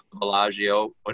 Bellagio